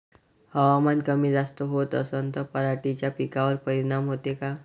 हवामान कमी जास्त होत असन त पराटीच्या पिकावर परिनाम होते का?